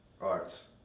Arts